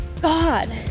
God